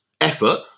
effort